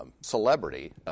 celebrity